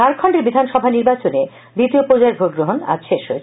ঝাড়খন্ডের বিধানসভা নির্বাচনে দ্বিতীয় পর্যায়ের ভোট গ্রহণ আজ শেষ হয়েছে